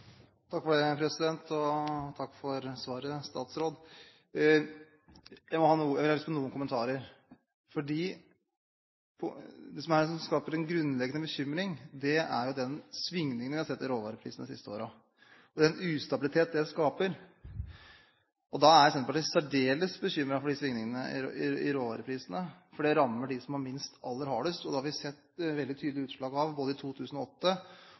for svaret. Jeg har lyst til å gi noen kommentarer. Det som skaper en grunnleggende bekymring, er jo den svingningen vi har sett i råvareprisene de siste åra og den ustabiliteten det skaper. Senterpartiet er særdeles bekymret for svingningene i råvareprisene fordi det rammer dem som har minst, aller hardest. Og det har vi sett veldig tydelige utslag av både i 2008